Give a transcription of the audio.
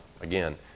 Again